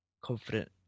confident